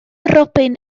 robin